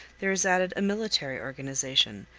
there is added a military organization,